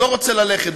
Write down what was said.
לא רוצה ללכת?